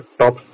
top